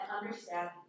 understand